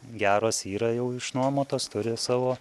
geros yra jau išnuomotos turi savo